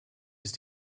ist